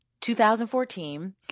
2014